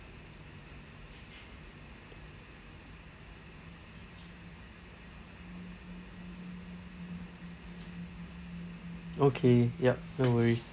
okay yup no worries